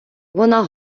вона